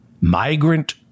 migrant